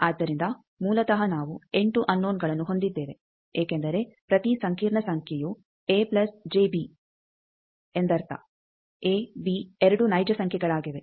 ಆದ್ದರಿಂದ ಮೂಲತಃ ನಾವು 8 ಅನ್ನೋನಗಳನ್ನು ಹೊಂದಿದ್ದೇವೆ ಏಕೆಂದರೆ ಪ್ರತಿ ಸಂಕೀರ್ಣ ಸಂಖ್ಯೆಯು ಎಂದರ್ಥ ಎ ಬಿ ಎರಡೂ ನೈಜ ಸಂಖ್ಯೆಗಳಾಗಿವೆ